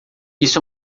isso